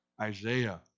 Isaiah